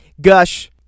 Gush